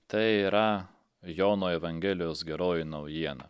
tai yra jono evangelijos geroji naujiena